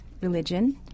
religion